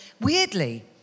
weirdly